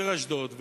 העיר אשדוד,